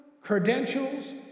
credentials